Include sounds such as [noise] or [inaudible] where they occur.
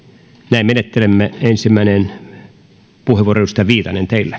näin menettelemme ensimmäinen puheenvuoro edustaja viitanen teille [unintelligible]